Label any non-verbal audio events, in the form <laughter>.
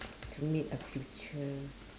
<noise> to meet a future